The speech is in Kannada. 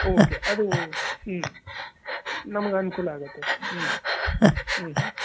ಓಕೆ ಅದು ಹ್ಞೂ ನಮ್ಗೆ ಅನುಕೂಲ ಆಗುತ್ತೆ ಹ್ಞೂ ಹ್ಞೂ